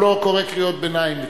הוא לא קורא קריאות ביניים כשר.